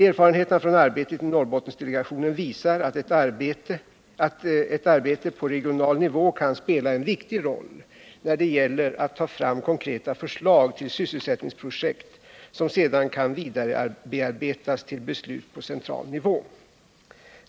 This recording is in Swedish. Erfarenheterna från arbetet i Norrbottendelegationen visar att ett arbete på regional nivå kan spela en viktig roll när det gäller att ta fram konkreta förslag till sysselsättningsprojekt som sedan kan vidarebearbetas till beslut på central nivå.